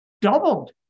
doubled